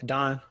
Don